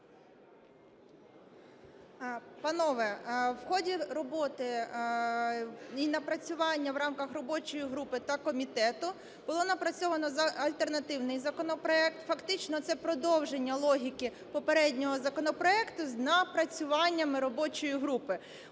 Панове, в ході роботи і напрацювання в рамках робочої групи та комітету було напрацьовано альтернативний законопроект, фактично це продовження логіки попереднього законопроекту з напрацюваннями робочої групи.